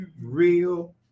real